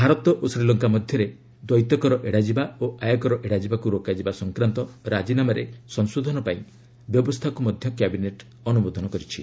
ଭାରତ ଓ ଶ୍ରୀଲଙ୍କା ମଧ୍ୟରେ ଦ୍ୱୈତକର ଏଡାଯିବା ଓ ଆୟକର ଏଡାଯିବାକୃ ରୋକାଯିବା ସଂକ୍ରାନ୍ତ ରାଜିନାମାରେ ସଂଶୋଧନ ପାଇଁ ବ୍ୟବସ୍ଥାକ୍ ମଧ୍ୟ କ୍ୟାବିନେଟ୍ ଅନ୍ତ୍ରମୋଦନ କରିଛି